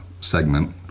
segment